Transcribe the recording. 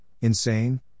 insane